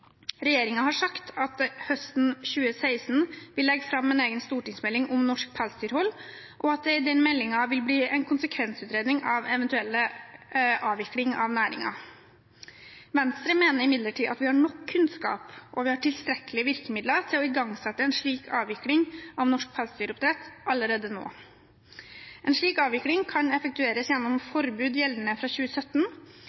har sagt at den høsten 2016 vil legge fram en egen stortingsmelding om norsk pelsdyrhold, og at det i den meldingen vil bli en konsekvensutredning av eventuell avvikling av næringen. Venstre mener imidlertid at vi har nok kunnskap, og vi har tilstrekkelige virkemidler til å igangsette en slik avvikling av norsk pelsdyroppdrett allerede nå. En slik avvikling kan effektueres gjennom forbud gjeldende fra 2017, gjennom å innføre avviklings- og omstillingsstøtte allerede fra 2017